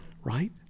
right